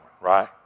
right